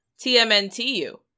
TMNTU